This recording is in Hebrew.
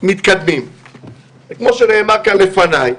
מתקדמים כמו שנאמר כאן לפניי.